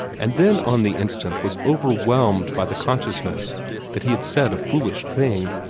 and then on the instant was overwhelmed by the consciousness that he had said a foolish thing.